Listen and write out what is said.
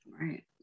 right